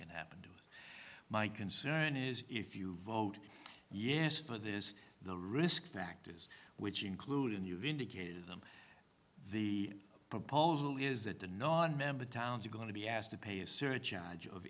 can happen to my concern is if you vote yes for this the risk factors which include and you've indicated them the proposal is that the nonmember towns are going to be asked to pay a surcharge o